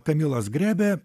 kamilos grebe